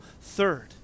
third